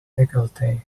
decollete